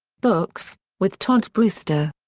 books with todd brewster.